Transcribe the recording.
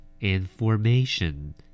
information